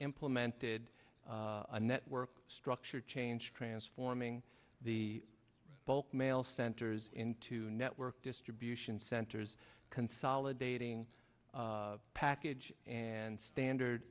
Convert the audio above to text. implemented a network structure change transforming the bulk mail centers into network distribution centers consolidating package and standard